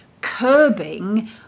curbing